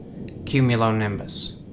Cumulonimbus